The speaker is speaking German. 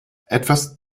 etwas